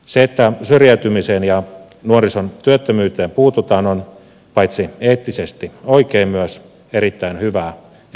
se että syrjäytymiseen ja nuorison työttömyyteen puututaan on paitsi eettisesti oikein myös erittäin hyvää ja kestävää talouspolitiikkaa